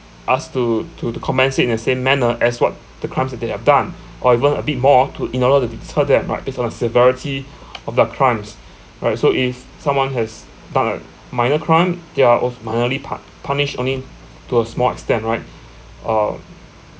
asked to to to compensate in the same manner as what the crimes that they have done or even a bit more to in order to deter them right based on the severity of their crimes right so if someone has minor minor crime they are also mildly pu~ punished only to a small extent right uh